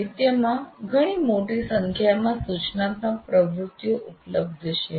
સાહિત્યમાં ઘણી મોટી સંખ્યામાં સૂચનાત્મક પ્રવૃત્તિઓ ઉપલબ્ધ છે